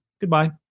Goodbye